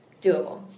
Doable